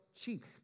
cheap